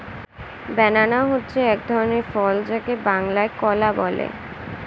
banana হচ্ছে এক ধরনের ফল যাকে বাংলায় কলা বলে